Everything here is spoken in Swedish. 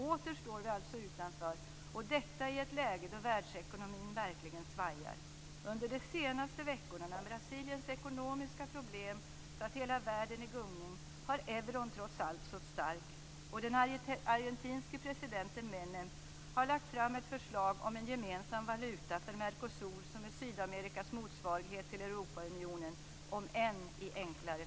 Åter står vi alltså utanför och detta i ett läge då världsekonomin verkligen svajar. Under de senaste veckorna, när Brasiliens ekonomiska problem har satt hela världen i gungning, har euron trots allt stått stark. Och den argentinske presidenten Menem har lagt fram ett förslag om en gemensam valuta för Mercosur som är Sydamerikas motsvarighet till Europaunionen, om än i enklare form.